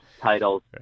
titles